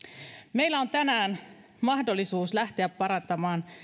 meillä on tänään mahdollisuus lähteä parantamaan